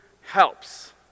helps